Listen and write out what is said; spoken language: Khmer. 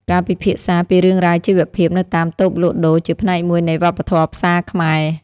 ការពិភាក្សាពីរឿងរ៉ាវជីវភាពនៅតាមតូបលក់ដូរជាផ្នែកមួយនៃវប្បធម៌ផ្សារខ្មែរ។